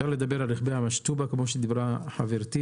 עכשיו נדבר על רכבי משטובה, כמו שדיברה חברתי,